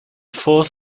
fourth